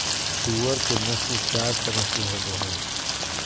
सूअर के नस्ल चार तरह के होवो हइ